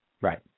Right